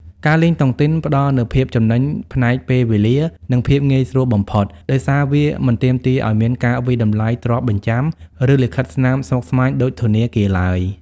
ការលេងតុងទីនផ្ដល់នូវភាពចំណេញផ្នែកពេលវេលា និងភាពងាយស្រួលបំផុត ដោយសារវាមិនទាមទារឱ្យមានការវាយតម្លៃទ្រព្យបញ្ចាំ ឬលិខិតស្នាមស្មុគស្មាញដូចធនាគារឡើយ។